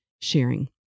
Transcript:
sharing